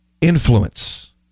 influence